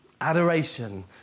adoration